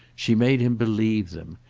she made him believe them,